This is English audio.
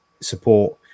support